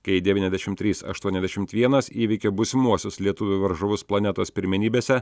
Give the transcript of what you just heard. kai devyniasdešim trys aštuoniasdešimt vienas įveikė būsimuosius lietuvių varžovus planetos pirmenybėse